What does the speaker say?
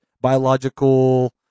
biological